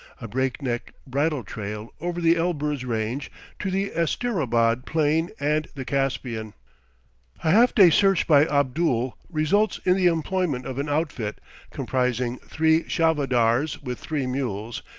a breakneck bridle-trail over the elburz range to the asterabad plain and the caspian half-day search by abdul results in the employment of an outfit comprising three charvadars, with three mules,